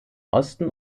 osten